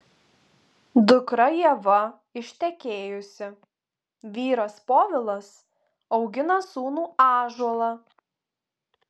dukra ieva ištekėjusi vyras povilas augina sūnų ąžuolą